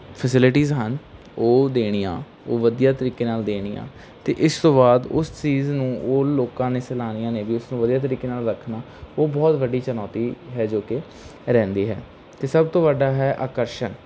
facilities ਹਨ ਉਹ ਦੇਣੀਆਂ ਉਹ ਵਧੀਆ ਤਰੀਕੇ ਨਾਲ ਅਤੇ ਇਸ ਤੋਂ ਬਾਅਦ ਉਸ ਚੀਜ਼ ਨੂੰ ਉਹ ਲੋਕਾਂ ਨੇ ਸੈਲਾਨੀਆਂ ਨੇ ਵੀ ਉਸ ਨੂੰ ਵਧੀਆ ਤਰੀਕੇ ਨਾਲ ਰੱਖਣਾ ਉਹ ਬਹੁਤ ਵੱਡੀ ਚੁਣੌਤੀ ਹੈ ਜੋ ਕਿ ਰਹਿੰਦੀ ਹੈ ਅਤੇ ਸਭ ਤੋਂ ਵੱਡਾ ਹੈ ਆਕਰਸ਼ਣ